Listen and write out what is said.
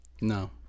No